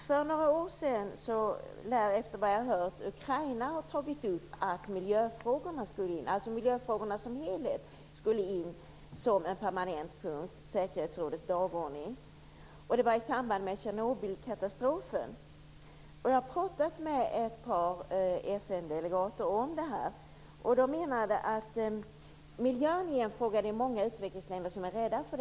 För några år sedan lär, efter vad jag har hört, Ukraina ha tagit upp att miljöfrågorna, alltså miljöfrågorna som helhet, skulle in som en permanent punkt på säkerhetsrådets dagordning. Det var i samband med Tjernobylkatastrofen. Jag har pratat med ett par FN-delegater om det här. De menade att miljön är en fråga som många utvecklingsländer är rädda för.